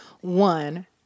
one